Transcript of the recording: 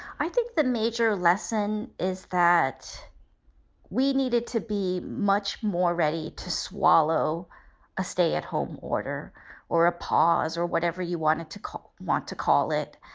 i think the major lesson is that we needed to be much more ready to swallow a stay at home order or a pause or whatever you wanted to call. want to call it.